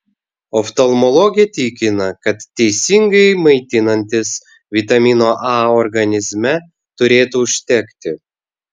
oftalmologė tikina kad teisingai maitinantis vitamino a organizme turėtų užtekti